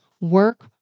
work